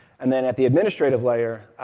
and then at the administrative layer,